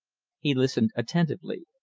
he listened attentively.